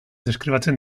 deskribatzen